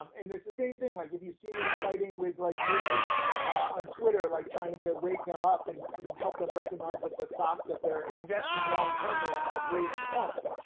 um and this the same thing like if you see me fighting with like newbies on twitter like trying to wake them up and and and help them recognize that the stocks that they're investing longterm in are blatant pumps,